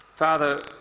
Father